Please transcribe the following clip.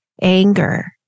anger